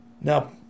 Now